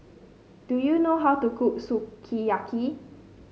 do you know how to cook Sukiyaki